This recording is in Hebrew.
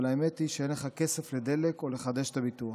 אבל האמת היא שאין לך כסף לדלק או לחדש את הביטוח.